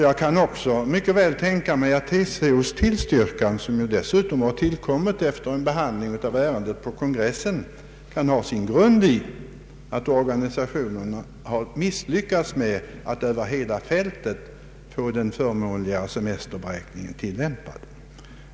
Jag kan mycket väl tänka mig att TCO:s tillstyrkande, som dessutom har tillkommit efter behandling av ärendet på kongressen, har sin grund i att organisationen har misslyckats i fråga om att över hela fältet få den förmånligare semesterberäkningen tillämpad.